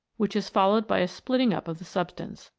which is followed by a splitting up of the substance.